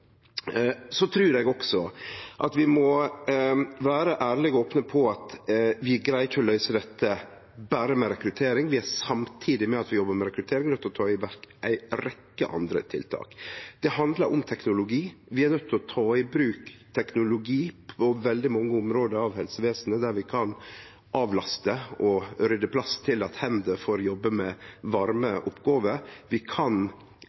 trur også at vi må vere ærlege og opne på at vi greier ikkje å løyse dette berre med rekruttering. Samtidig med at vi jobbar med rekruttering, er vi nøydde til å setje i verk ei rekkje andre tiltak. Det handlar om teknologi. Vi er nøydde til å ta i bruk teknologi på veldig mange område av helsevesenet, der vi kan avlaste og rydde plass til at hender får jobbe med varme oppgåver. Vi kan